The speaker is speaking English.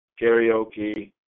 karaoke